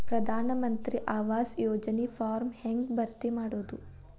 ಪ್ರಧಾನ ಮಂತ್ರಿ ಆವಾಸ್ ಯೋಜನಿ ಫಾರ್ಮ್ ಹೆಂಗ್ ಭರ್ತಿ ಮಾಡೋದು?